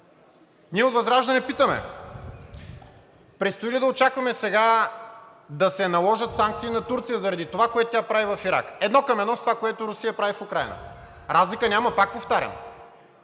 Ние от ВЪЗРАЖДАНЕ питаме: предстои ли да очакваме сега да се наложат санкции на Турция заради това, което тя прави в Ирак едно към едно с това, което Русия прави в Украйна? Разлика няма, пак повтарям.